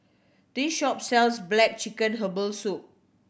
this shop sells black chicken herbal soup